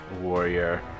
warrior